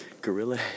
gorilla